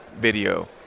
video